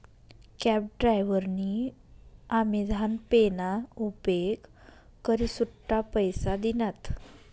cab डायव्हरनी Amazon Pay ना उपेग करी सुट्टा पैसा दिनात